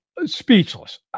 speechless